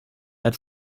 had